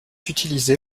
utilisé